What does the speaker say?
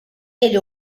ele